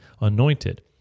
anointed